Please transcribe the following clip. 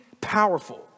powerful